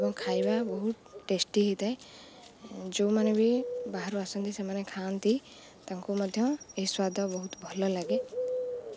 ଏବଂ ଖାଇବା ବହୁତ ଟେଷ୍ଟି ହୋଇଥାଏ ଯେଉଁମାନେ ବି ବାହାରୁ ଆସନ୍ତି ସେମାନେ ଖାଆନ୍ତି ତାଙ୍କୁ ମଧ୍ୟ ଏ ସ୍ୱାଦ ବହୁତ ଭଲ ଲାଗେ